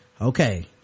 okay